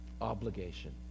obligation